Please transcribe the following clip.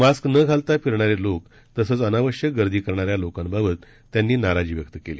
mask न घालता फिरणारे लोक तसंच अनावश्यक गर्दी करणाऱ्या लोकांबाबत त्यांनी नाराजी व्यक्त केली